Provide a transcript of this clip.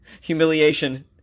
humiliation